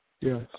Yes